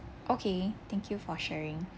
okay thank you for sharing